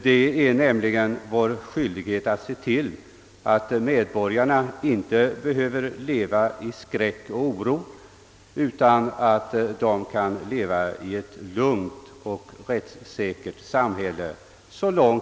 Det är nämligen vår skyldighet att så långt det är oss möjligt se till att medborgarna inte behöver leva i skräck och oro utan att de kan leva i ett lugnt och rättssäkert samhälle.